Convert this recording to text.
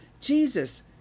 Jesus